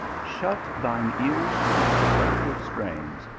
shut thine ears to these seductive strains.